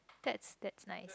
that's that's nice